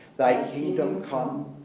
thy kingdom come,